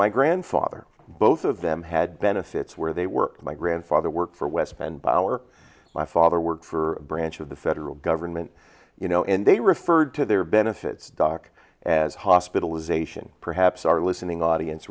my grandfather both of them had benefits where they were my grandfather worked for west bend by our my father worked for a branch of the federal government you know and they referred to their benefits doc as hospitalization perhaps our listening audience